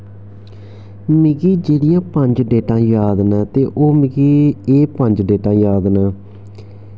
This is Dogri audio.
मिगी जेह्ड़ियां पंज डेटां याद न ते ओह् मिगी पंज डेटां एह् याद न